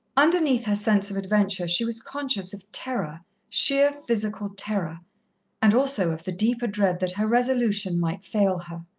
underneath her sense of adventure she was conscious of terror sheer physical terror and also of the deeper dread that her resolution might fail her.